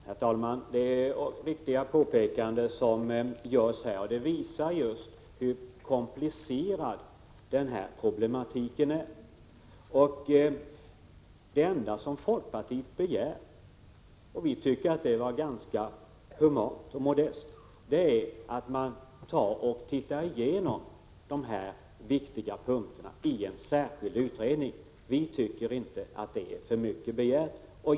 Herr talman! Det är viktiga påpekanden som görs här. Det visar just hur komplicerad problematiken är. Det enda som folkpartiet begär — och vi tycker att detta är ganska modest — är att man går igenom dessa viktiga punkter i en särskild utredning. Vi anser inte att det är för mycket begärt.